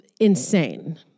insane